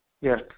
Yes